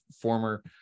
former